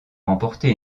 remporté